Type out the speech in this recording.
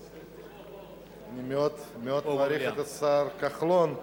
אני מאוד מעריך את השר כחלון,